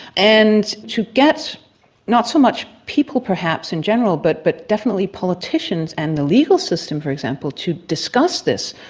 and to get not so much people perhaps in general but but definitely politicians and the legal system for example to discuss this,